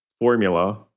formula